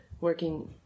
Working